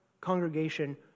congregation